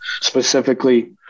specifically